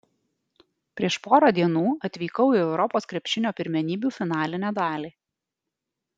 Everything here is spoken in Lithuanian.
prieš porą dienų atvykau į europos krepšinio pirmenybių finalinę dalį